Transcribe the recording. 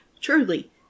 truly